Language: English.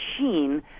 machine